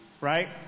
Right